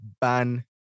ban